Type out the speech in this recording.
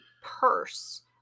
purse